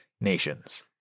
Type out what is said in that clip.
nations